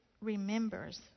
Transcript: remembers